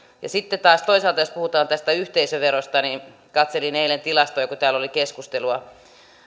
sitten taas toisaalta jos puhutaan tästä yhteisöverosta niin katselin eilen tilastoja kun täällä oli keskustelua